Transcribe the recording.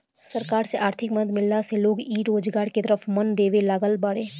सरकार से आर्थिक मदद मिलला से लोग इ रोजगार के तरफ मन देबे लागल बाड़ें